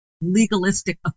legalistic